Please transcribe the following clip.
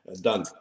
Done